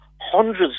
hundreds